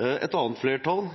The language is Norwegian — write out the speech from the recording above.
Et annet flertall